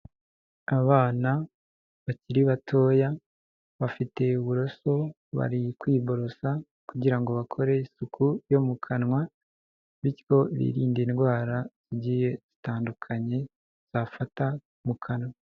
Abana bakiri batoya, bafite uburoso bari kwiborosa kugira ngo bakore isuku yo mu kanwa bityo birinde indwara zigiye zitandukanye zafata mu kanwa.